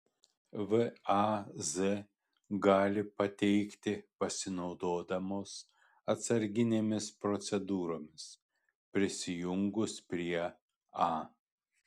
vaz gali pateikti pasinaudodamos atsarginėmis procedūromis prisijungus prie a